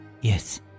Yes